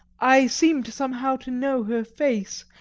i seemed somehow to know her face,